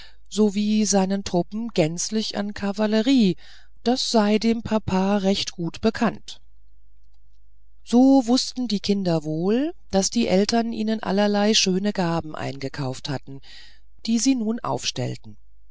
sowie seinen truppen gänzlich an kavallerie das sei dem papa recht gut bekannt so wußten die kinder wohl daß die eltern ihnen allerlei schöne gaben eingekauft hatten die sie nun aufstellten